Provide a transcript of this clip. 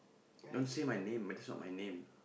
don't say my name but that's not my name